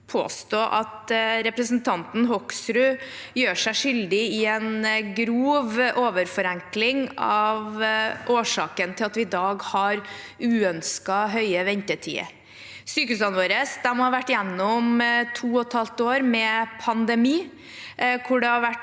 vil påstå at representanten Hoksrud gjør seg skyldig i en grov overforenkling av årsaken til at vi i dag har uønsket lange ventetider. Sykehusene våre har vært gjennom to og et halvt år med pandemi, hvor det i